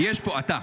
אתה.